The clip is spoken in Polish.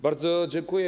Bardzo dziękuję.